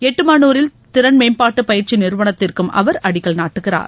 எட்டுமானுரில் திறன் மேம்பாட்டு பயிற்சி நிறுவனத்திற்கும் அவர் அடிக்கல் நாட்டுகிறார்